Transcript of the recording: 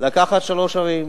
לקחת שלוש ערים,